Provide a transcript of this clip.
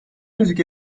müzik